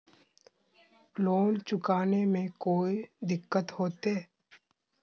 Loan चुकाने में कोई दिक्कतों होते?